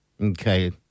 Okay